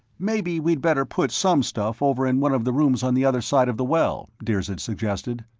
maybe we'd better put some stuff over in one of the rooms on the other side of the well, dirzed suggested.